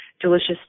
delicious